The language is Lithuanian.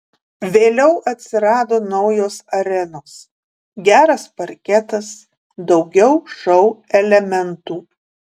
vėliau atsirado naujos arenos geras parketas daugiau šou elementų